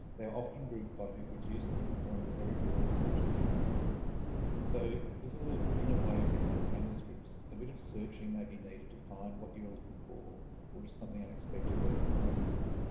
they are often grouped by who produced them or under very broad subject headings so this is ah in a way a bit like manuscripts, a bit of searching may be needed to find what you're looking for or just something unexpected that is informative.